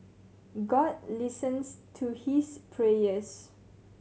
God listens to his prayers